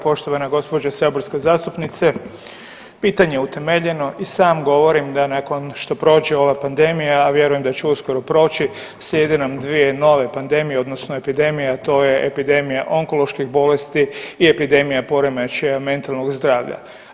Poštovana gđo. saborska zastupnice, pitanje je utemeljeno i sam govorim da nakon što prođe ova pandemija, a vjerujem da će uskoro proći slijede nam dvije nove pandemije odnosno epidemije, a to je epidemija onkoloških bolesti i epidemija poremećaja mentalnog zdravlja.